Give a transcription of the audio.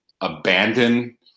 abandon